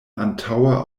antaŭa